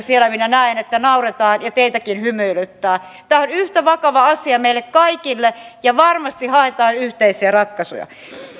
minä näen että siellä nauretaan ja teitäkin hymyilyttää tämä on yhtä vakava asia meille kaikille ja varmasti haetaan yhteisiä ratkaisuja